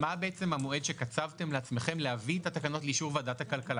אני שואל מה המועד שקצבתם לעצמכם להביא את התקנות לאישור ועדת הכלכלה.